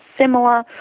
similar